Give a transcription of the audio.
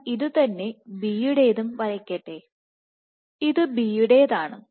ഞാൻ ഇതു തന്നെ Bയുടേതും വരയ്ക്കട്ടെ ഇത് B യുടേതാണ്